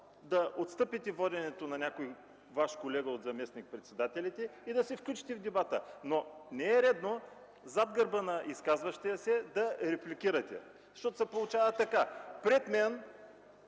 да отстъпите воденето на някой Ваш колега от заместник-председателите и да се включите в дебата, но не е редно зад гърба на изказващите се да репликирате. Получава се така, че пред мен